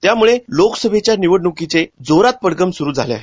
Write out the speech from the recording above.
त्यामुळे लोकसभेच्या निवडणुकीचे जोरात पडघम सुरू झाले आहे